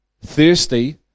thirsty